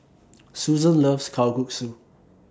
Suzann loves Kalguksu